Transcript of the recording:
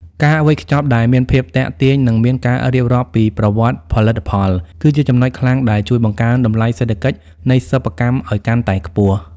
ការវេចខ្ចប់ដែលមានភាពទាក់ទាញ និងមានការរៀបរាប់ពីប្រវត្តិផលិតផល គឺជាចំណុចខ្លាំងដែលជួយបង្កើនតម្លៃសេដ្ឋកិច្ចនៃសិប្បកម្មឱ្យកាន់តែខ្ពស់។